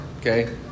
Okay